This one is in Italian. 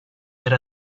per